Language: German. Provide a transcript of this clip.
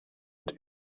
und